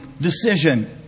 decision